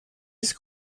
his